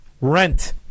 Rent